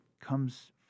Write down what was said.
comes